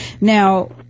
Now